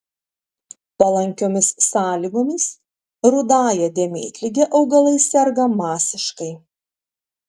palankiomis sąlygomis rudąja dėmėtlige augalai serga masiškai